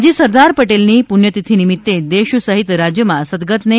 આજે સરદાર પટેલની પુણ્યતિથી નિમિતે દેશ સહિત રાજ્યમાં સદગતને